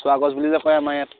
স্বাগজ বুলি যে কয় আমাৰ ইয়াত